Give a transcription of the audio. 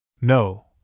No